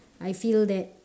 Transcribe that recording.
I feel that